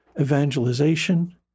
evangelization